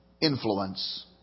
influence